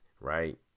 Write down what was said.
right